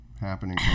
happening